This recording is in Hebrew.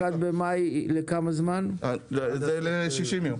במאי ל-60 ימים.